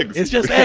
it's just